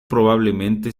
probablemente